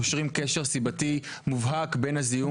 קושרים קשר סיבתי מובהק בין הזיהום